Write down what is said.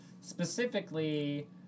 specifically